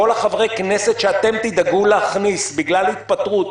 כל חברי הכנסת שאתם תדאגו להכניס בגלל התפטרות,